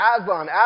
Aslan